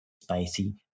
spicy